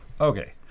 Okay